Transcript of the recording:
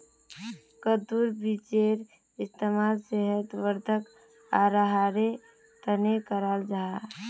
कद्दुर बीजेर इस्तेमाल सेहत वर्धक आहारेर तने कराल जाहा